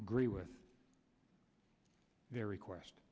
agree with their request